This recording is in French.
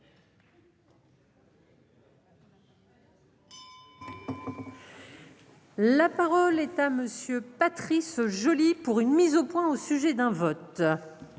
La parole est à monsieur Patrice Joly pour une mise au point, au sujet d'un vote.